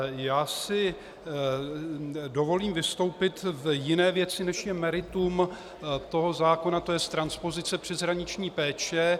Já si dovolím vystoupit v jiné věci, než je meritum zákona, tj. transpozice přeshraniční péče.